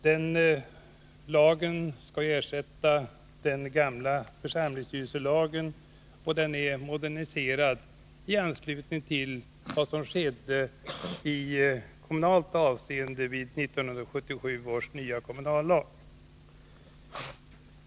Den lagen skall ersätta den gamla församlingsstyrelselagen, och den är moderniserad i anslutning till vad som skedde i kommunalt avseende genom 1977 års nya kommunallag.